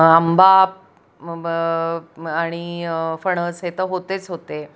आंबा आणि फणस हे तर होतेच होते